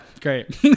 great